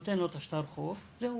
נותן לו את שטר החוב וזהו,